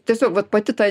tiesiog vat pati ta